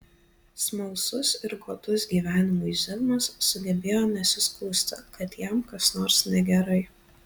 smalsus ir godus gyvenimui zigmas sugebėjo nesiskųsti kad jam kas nors negerai